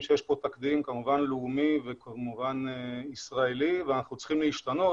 שיש פה תקדים לאומי וישראלי ואנחנו צריכים להשתנות.